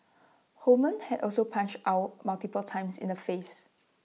Holman had also punched Ow multiple times in the face